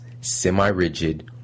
semi-rigid